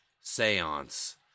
seance